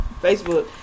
Facebook